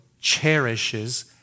Cherishes